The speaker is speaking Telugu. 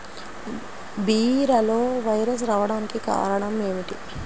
బీరలో వైరస్ రావడానికి కారణం ఏమిటి?